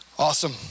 Awesome